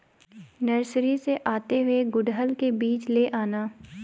nursery से आते हुए गुड़हल के बीज ले आना